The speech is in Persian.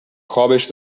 خابش